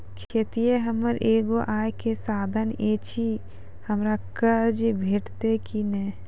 खेतीये हमर एगो आय के साधन ऐछि, हमरा कर्ज भेटतै कि नै?